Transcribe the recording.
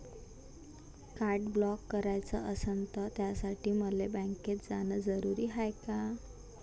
Card block कराच असनं त त्यासाठी मले बँकेत जानं जरुरी हाय का?